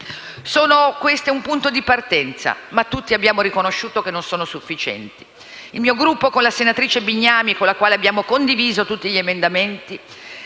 Questo è un punto di partenza, ma tutti abbiamo riconosciuto che non sono sufficienti. Il mio Gruppo, con la senatrice Bignami, con la quale abbiamo condiviso tutti gli emendamenti,